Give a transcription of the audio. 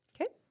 Okay